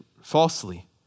falsely